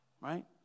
right